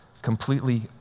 Completely